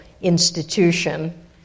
institution